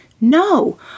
No